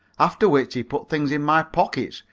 after which he put things in my pockets,